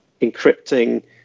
encrypting